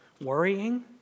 worrying